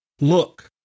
look